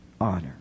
honor